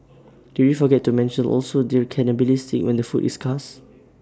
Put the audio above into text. did we forget to mention also that cannibalistic when the food is scarce